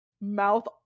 Mouth